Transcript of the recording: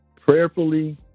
prayerfully